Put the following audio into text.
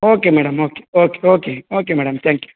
okay madam okay okay okay okay madam thank you